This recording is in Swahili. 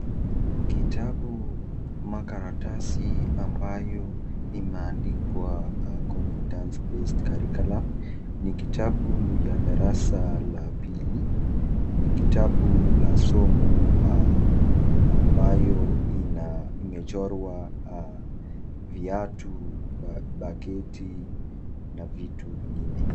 Kitabu ama karatasi ambayo imeandikwa Compitance Based Curriculum ni kitabu ya darasa la pili, ni kitabu la somo ambayo imechorwa viatu, baketi na vitu vingine.